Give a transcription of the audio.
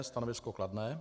Stanovisko kladné.